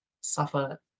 suffer